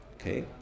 Okay